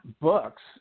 books